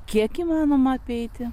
kiek įmanoma apeiti